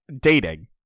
dating